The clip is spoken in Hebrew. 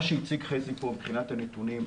מה שהציג חזי פה מבחינת הנתונים,